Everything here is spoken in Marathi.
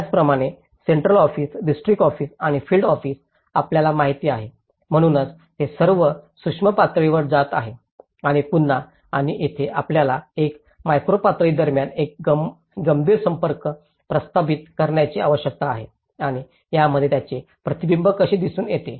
त्याचप्रमाणे सेंट्रल ऑफिस डिस्ट्रिक्ट ऑफिस आणि फील्ड ऑफिस आपल्याला माहिती आहे म्हणूनच ते सर्व सूक्ष्म पातळीवर जात आहेत आणि पुन्हा आणि येथे आपल्याला एक मॅक्रो पातळी दरम्यान एक गंभीर संपर्क स्थापित करण्याची आवश्यकता आहे आणि त्यामध्ये त्याचे प्रतिबिंब कसे दिसून येते